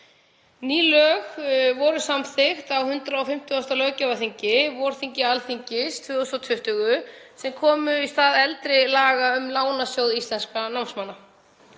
Ný lög voru samþykkt á 150. löggjafarþingi, vorþingi Alþingis 2020, sem komu í stað eldri laga um Lánasjóð íslenskra námsmanna.